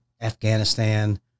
Afghanistan